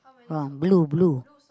brown blue blue